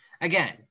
Again